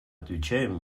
отмечаем